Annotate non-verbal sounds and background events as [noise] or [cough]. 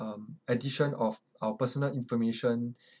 um addition of our personal information [breath]